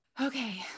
Okay